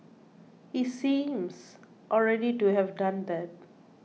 he seems already to have done that